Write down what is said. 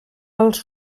als